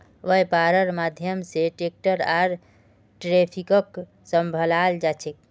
वैपार्र माध्यम से टैक्स आर ट्रैफिकक सम्भलाल जा छे